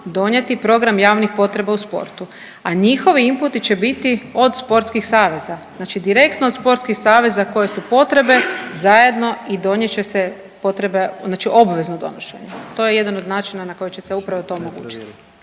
donijeti program javnih potreba u sportu, a njihovi inputi će biti od sportskih saveza, znači direktno od sportskih saveza koje su potrebe zajedno i donijet će se potrebe, znači obvezno donošenje, to je jedan od način na koji će se upravo to omogućiti.